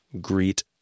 Greet